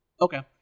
Okay